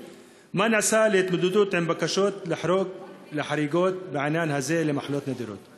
3. מה נעשה להתמודדות עם בקשות לחריגה בעניין הזה למחלות נדירות?